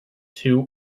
two